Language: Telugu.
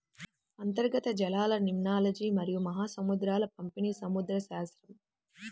అంతర్గత జలాలలిమ్నాలజీమరియు మహాసముద్రాల పంపిణీసముద్రశాస్త్రం